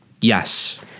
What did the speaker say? Yes